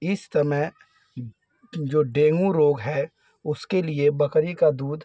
इस समय जो डेंगू रोग है उसके लिए बकरी का दूध